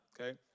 okay